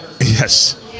Yes